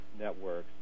networks